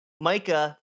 Micah